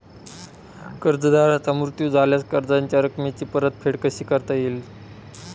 कर्जदाराचा मृत्यू झाल्यास कर्जाच्या रकमेची परतफेड कशी करता येते?